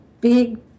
big